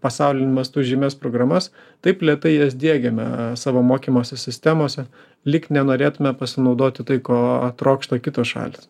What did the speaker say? pasauliniu mastu žymias programas taip lėtai jas diegiame savo mokymosi sistemose lyg nenorėtume pasinaudoti tai ko trokšta kitos šalys